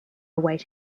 await